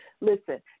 Listen